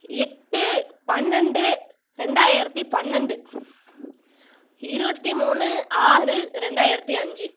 எட்டு பன்னெண்டு ரெண்டாயிரத்து பன்னெண்டு இருபத்தி மூணு ஆறு ரெண்டாயிரத்து அஞ்சு